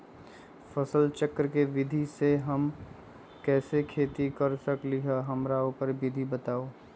फसल चक्र के विधि से हम कैसे खेती कर सकलि ह हमरा ओकर विधि बताउ?